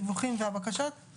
החוק מזכיר הנגשה שפתית.